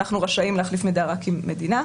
אנחנו רשאים להחליף מידע רק עם מדינה.